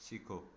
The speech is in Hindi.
सीखो